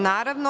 Naravno.